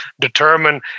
determine